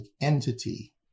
entity